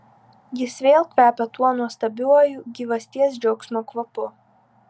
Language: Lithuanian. jis vėl kvepia tuo nuostabiuoju gyvasties džiaugsmo kvapu